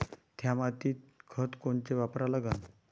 थ्या मातीत खतं कोनचे वापरा लागन?